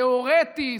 תיאורטי,